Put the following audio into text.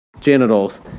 genitals